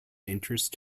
interest